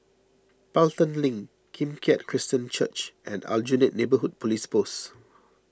Pelton Link Kim Keat Christian Church and Aljunied Neighbourhood Police Post